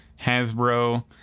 hasbro